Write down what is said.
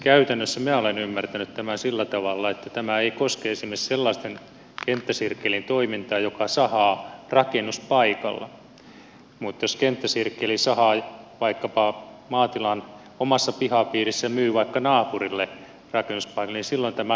käytännössä minä olen ymmärtänyt tämän sillä tavalla että tämä ei koske esimerkiksi sellaisen kenttäsirkkelin toimintaa joka sahaa rakennuspaikalla mutta jos kenttäsirkkeli sahaa vaikkapa maatilan omassa pihapiirissä ja myy vaikka naapurille rakennuspaikalla niin silloin tämä sitä koskee